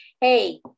hey